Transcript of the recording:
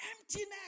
Emptiness